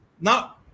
Now